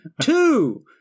two